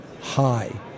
high